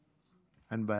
קריאה: אין בעיה.